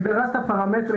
הגדרת הפרמטרים